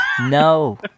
No